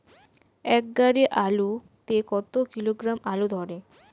এক গাড়ি আলু তে কত কিলোগ্রাম আলু ধরে?